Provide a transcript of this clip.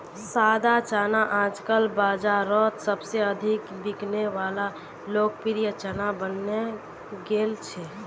सादा चना आजकल बाजारोत सबसे अधिक बिकने वला लोकप्रिय चना बनने गेल छे